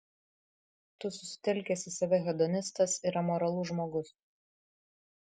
tu susitelkęs į save hedonistas ir amoralus žmogus